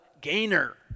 gainer